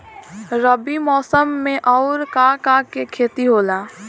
रबी मौसम में आऊर का का के खेती होला?